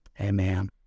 Amen